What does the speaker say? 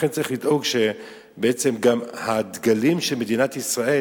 לכן צריך לדאוג שבעצם גם הדגלים של מדינת ישראל